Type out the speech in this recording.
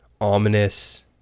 ominous